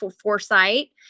foresight